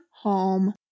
home